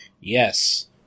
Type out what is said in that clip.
Yes